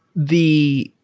the